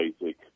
basic